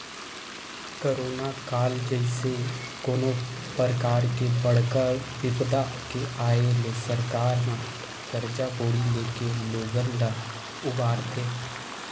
corona काल जइसे कोनो परकार के बड़का बिपदा के आय ले सरकार ह करजा बोड़ी लेके लोगन ल उबारथे